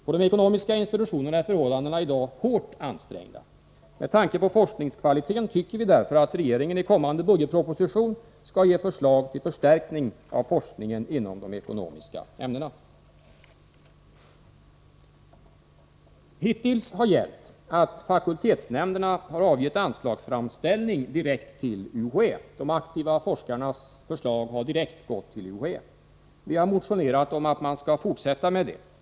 På de ekonomiska institutionerna är förhållandena i dag hårt ansträngda. Med tanke på forskningskvaliteten tycker vi därför att regeringen i kommande budgetproposition skall ge förslag till förstärkning av forskningen inom de ekonomiska ämnena. Hittills har gällt, att fakultetsnämnderna har avgett anslagsframställning direkt till UHÄ. De aktiva forskarnas förslag har gått direkt till UHÄ. Vi har motionerat om att man skall fortsätta med det.